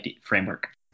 framework